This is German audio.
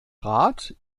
rat